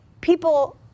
people